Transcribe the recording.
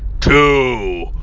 two